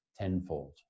tenfold